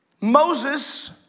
Moses